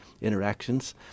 interactions